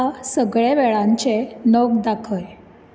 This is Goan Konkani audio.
म्हाका सगळे वेळांचे नग दाखय